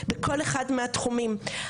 בכל אחד מהתחומים הללו.